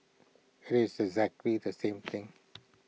IT is exactly the same thing